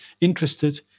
interested